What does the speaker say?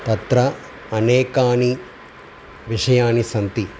तत्र अनेकानि विषयानि सन्ति